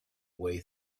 way